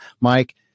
Mike